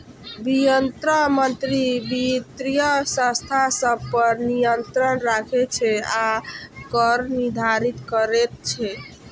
वित्त मंत्री वित्तीय संस्था सभ पर नियंत्रण राखै छै आ कर निर्धारित करैत छै